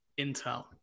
intel